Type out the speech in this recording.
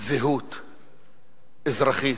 זהות אזרחי,